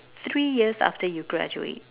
three years after you graduate